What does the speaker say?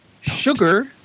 Sugar